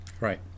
Right